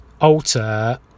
alter